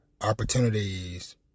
opportunities